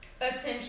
attention